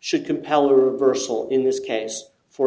should compel or personal in this case for a